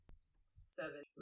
Seven